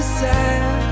sad